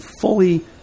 fully